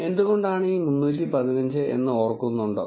എന്തുകൊണ്ടാണ് ഈ 315 എന്ന് ഓർക്കുന്നുണ്ടോ